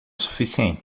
suficiente